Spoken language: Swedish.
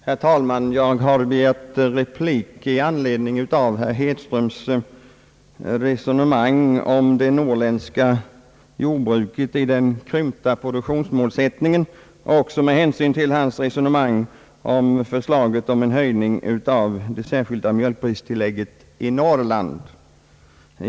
Herr talman! Jag har begärt replik i anledning av herr Hedströms resonemang om det norrländska jordbruket i den krympta produktionsmålsättningen och också med hänsyn till hans resonemang om förslaget till höjning av det särskilda mjölkpristillägget i Norrland.